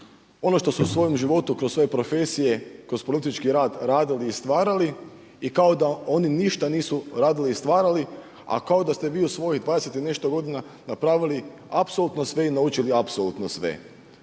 ono što su u svojem životu kroz svoje profesije, kroz politički rad radili i stvarali i kao da oni ništa nisu radili i stvarali, a kao da ste vi u svojih 20 i nešto godina napravili apsolutno sve i naučili apsolutno sve.